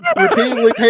repeatedly